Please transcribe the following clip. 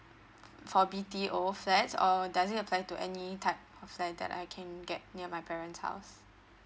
for B_T_O flats or does it apply to any type of flat that I can get near my parents house